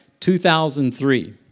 2003